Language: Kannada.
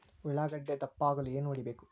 ಉಳ್ಳಾಗಡ್ಡೆ ದಪ್ಪ ಆಗಲು ಏನು ಹೊಡಿಬೇಕು?